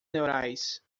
neurais